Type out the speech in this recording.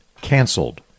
canceled